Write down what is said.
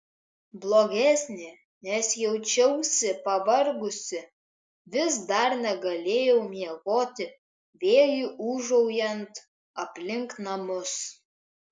blogesnė nes jaučiausi pavargusi vis dar negalėjau miegoti vėjui ūžaujant aplink namus